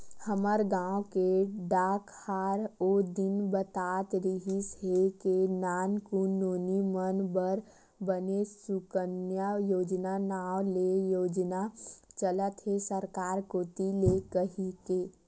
हमर गांव के डाकहार ओ दिन बतात रिहिस हे के नानकुन नोनी मन बर बने सुकन्या योजना नांव ले योजना चलत हे सरकार कोती ले कहिके